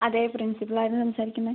അതെ പ്രിൻസിപ്പളായിരുന്നു സംസാരിക്കുന്നത്